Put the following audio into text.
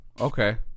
Okay